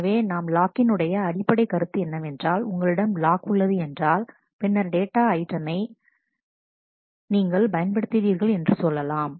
எனவே நாம் லாக்கின் உடைய அடிப்படைக் கருத்து என்னவென்றால் உங்களிடம் லாக் உள்ளது என்றால் பின்னர் டேட்டா ஐட்டமை ஆனது நீங்கள் பயன்படுத்துகிறீர்கள் என்று கொள்ளலாம்